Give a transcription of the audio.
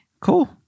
Cool